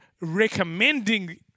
recommending